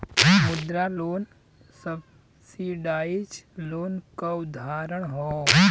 मुद्रा loan subsidize loan क उदाहरण हौ